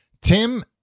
Tim